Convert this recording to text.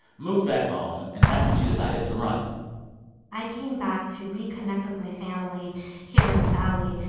moved back home, and that's when she decided to run i came back to reconnect with my family here in the valley.